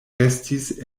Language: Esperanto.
restis